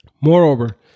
Moreover